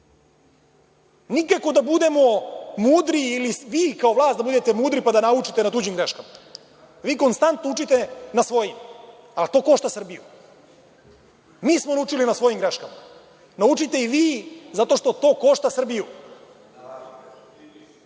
Nikako da budemo mudri ili vi kao vlast da budete mudri pa da naučite na tuđim greškama. Vi konstantno učite na svojim, ali to košta Srbiju. Mi smo naučili na svojim greškama, naučite i vi, zato što to košta Srbiju. Da